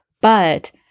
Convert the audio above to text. but-